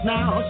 Now